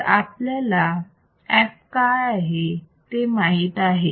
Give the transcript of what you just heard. तर आपल्याला f काय आहे ते माहित आहे